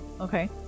Okay